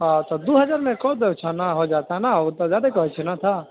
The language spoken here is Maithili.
हॅं तऽ दू हजारमे कऽ दय छऽ ने हो जइतौ ने ओते जादे कहै छै ने तऽ